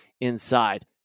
inside